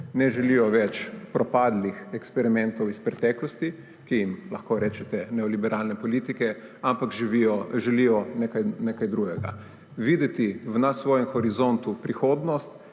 Ne želijo več propadlih eksperimentov iz preteklosti, ki jim lahko rečete neoliberalne politike, ampak želijo nekaj drugega – videti na svojem horizontu prihodnost,